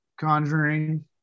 conjuring